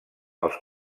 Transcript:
els